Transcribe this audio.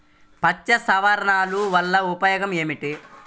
పక్షి స్థావరాలు వలన ఉపయోగం ఏమిటి?